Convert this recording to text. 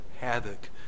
havoc